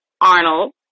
Arnold